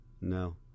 No